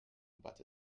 but